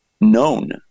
known